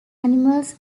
animals